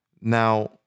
Now